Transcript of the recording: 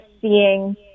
seeing